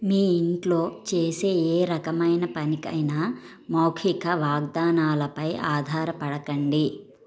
మీ ఇంట్లో చేసే ఏ రకమైన పనికైనా మౌఖిక వాగ్దానాలపై ఆధారపడకండి